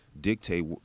dictate